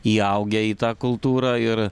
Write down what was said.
įaugę į tą kultūrą ir